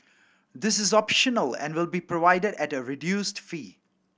this is optional and will be provided at a reduced fee